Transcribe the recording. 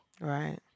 Right